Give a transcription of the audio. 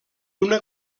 una